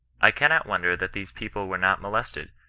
i cannot wonder that these people were not molested,